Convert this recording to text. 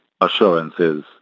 assurances